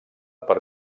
per